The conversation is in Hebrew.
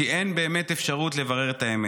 כי אין באמת אפשרות לברר את האמת.